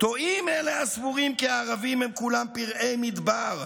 טועים אלה הסבורים "כי הערביים הם כולם פראי מדבר,